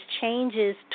changes